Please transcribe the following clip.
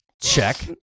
Check